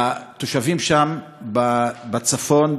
התושבים שם בצפון,